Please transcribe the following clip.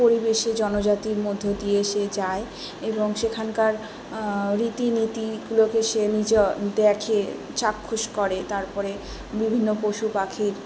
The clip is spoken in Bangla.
পরিবেশে জনজাতির মধ্য দিয়ে সে যায় এবং সেখানকার রীতিনীতিগুলোকে সে নিজে অ দেখে চাক্ষুষ করে তারপরে বিভিন্ন পশু পাখির